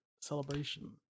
celebration